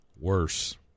Worse